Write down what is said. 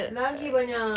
lagi banyak